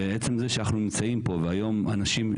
ועצם זה שאנחנו נמצאים פה והיום אנשים,